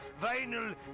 Vinyl